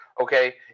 Okay